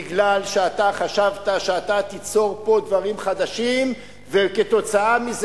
מפני שאתה חשבת שאתה תיצור פה דברים חדשים וכתוצאה מזה